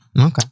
Okay